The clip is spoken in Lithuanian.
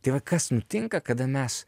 tai va kas nutinka kada mes